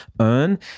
earn